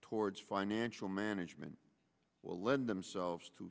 towards financial management will lend themselves to